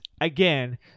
Again